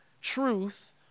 truth